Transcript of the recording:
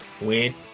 Win